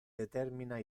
determina